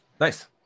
Nice